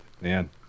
man